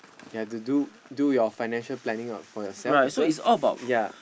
you have to do do your financial planning for yourself as well